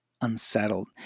unsettled